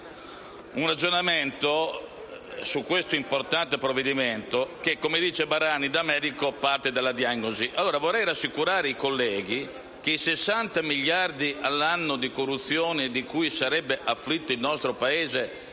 un ragionamento su questo importante provvedimento, che - come dice il senatore Barani da medico - parte dalla diagnosi. Vorrei rassicurare i colleghi che i 60 miliardi di euro all'anno di corruzione da cui sarebbe afflitto il nostro Paese